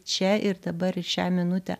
čia ir dabar šią minutę